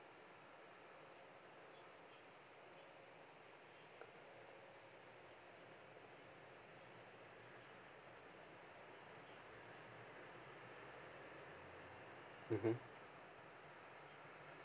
mmhmm